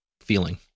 feeling